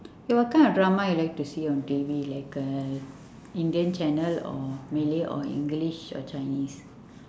eh what kind of drama you like to see on T_V like uh indian channel or malay or english or chinese